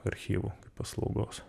archyvų paslaugos